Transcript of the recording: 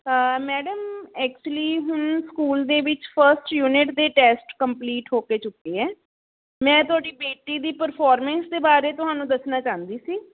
madam actually ਹੁਣ school ਦੇ ਵਿੱਚ ਫਸਟ ਯੂਨਿਟ ਦੇ ਟੈਸਟ ਕੰਪਲੀਟ ਹੋ ਕੇ ਚੁੱਕੇ ਹੈ ਮੈਂ ਤੁਹਾਡੀ ਬੇਟੀ ਦੀ ਪਰਫੋਰਮੈਂਸ ਦੇ ਬਾਰੇ ਤੁਹਾਨੂੰ ਦੱਸਣਾ ਚਾਹੁੰਦੀ ਸੀ